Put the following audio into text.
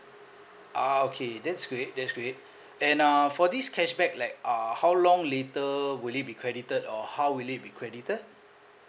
ah okay that's great that's great and uh for this cashback like err how long later will it be credited or how will it be credited